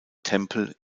temple